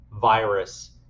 virus